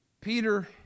Peter